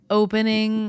opening